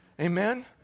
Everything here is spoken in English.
Amen